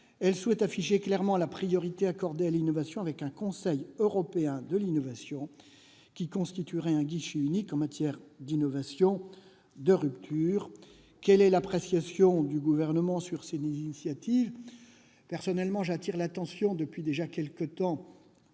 Elle souhaite afficher clairement la priorité accordée à l'innovation, avec un Conseil européen de l'innovation, qui constituerait un guichet unique en matière d'innovation de rupture. Quelle est l'appréciation du Gouvernement sur ces initiatives ? Personnellement, j'attire depuis quelque temps